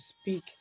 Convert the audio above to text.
speak